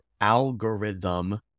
algorithm